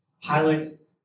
highlights